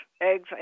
eggs